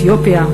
אתיופיה,